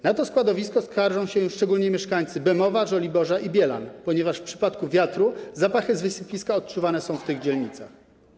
Na to składowisko skarżą się szczególnie mieszkańcy Bemowa, Żoliborza i Bielan, ponieważ w przypadku wiatru zapachy z wysypiska odczuwane są w tych dzielnicach.